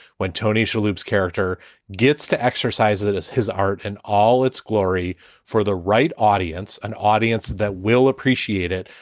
when tony sloops character gets to exercise that as his art and all its glory for the right audience, an audience that will appreciate it,